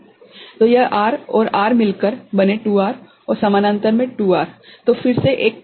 तोयह V0 भागित 2 और यह R है और R यदि हम यहाँ पर कट पर विचार करते हैंठीक है तो यह R और R मिलकर बने 2R और समानांतर में 2R है